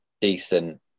decent